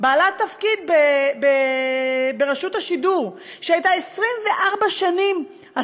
בעלת תפקיד ברשות השידור שהייתה 24 שנים,